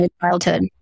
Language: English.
childhood